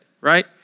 right